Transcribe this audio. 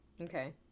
okay